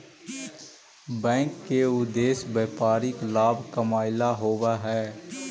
bank के उद्देश्य व्यापारिक लाभ कमाएला होववऽ हइ